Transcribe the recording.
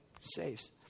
saves